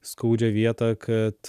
skaudžią vietą kad